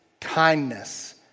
kindness